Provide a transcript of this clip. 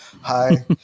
hi